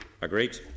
Agreed